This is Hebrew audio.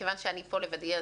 כיוון שאני פה לבדי,